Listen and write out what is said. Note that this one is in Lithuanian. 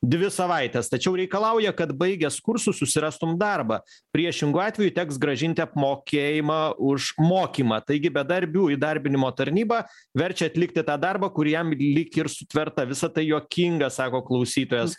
dvi savaites tačiau reikalauja kad baigęs kursus susirastum darbą priešingu atveju teks grąžinti apmokėjimą už mokymą taigi bedarbių įdarbinimo tarnyba verčia atlikti tą darbą kuri jam lyg ir sutverta visa tai juokinga sako klausytojas